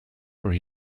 where